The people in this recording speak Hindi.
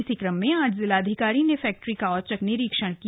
इसी क्म में आज जिलाधिकारी ने फैक्टरी का औचक निरीक्षण किया